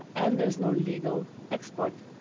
and there is no legal export.